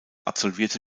absolvierte